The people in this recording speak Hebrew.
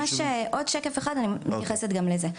עוד שקף אחד אני נכנסת גם על זה.